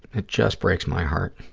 it just breaks my heart.